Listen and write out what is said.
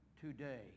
today